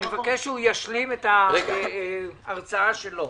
אני מבקש שהוא ישלים את ההרצאה שלו.